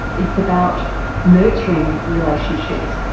it's about nurturing relationships.